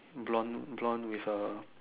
blonde blonde with a